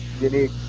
unique